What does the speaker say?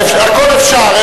הכול אפשר.